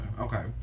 Okay